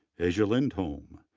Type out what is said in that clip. asia lindholm,